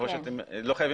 כפי שאתם יודעים.